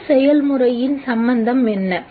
இந்த செயல்முறையின் சம்பந்தம் என்ன